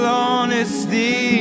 honesty